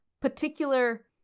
particular